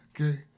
Okay